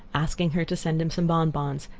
asking her to send him some bonbons,